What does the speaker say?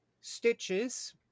stitches